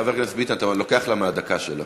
חבר הכנסת ביטן, אתה לוקח לה מהדקה שלה.